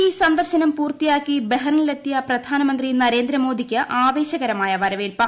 E സന്ദർശനം പൂർത്തിയാക്കി ബഹ്റിനിലെത്തിയ പ്രധാനമന്ത്രി നരേന്ദ്രമോദിക്ക് ആവേശകരമായ വരവേൽപ്